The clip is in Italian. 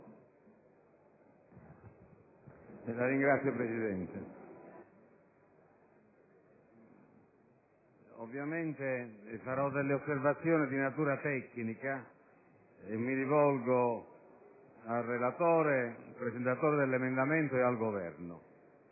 Signor Presidente, ovviamente farò delle osservazioni di natura tecnica e mi rivolgo al relatore, presentatore dell'emendamento 2.1000, e al Governo.